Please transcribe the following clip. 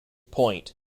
point